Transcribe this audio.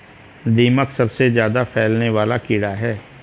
दीमक सबसे ज्यादा फैलने वाला कीड़ा है